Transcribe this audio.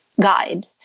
guide